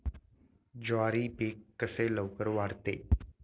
ज्वारी पीक कसे लवकर वाढते?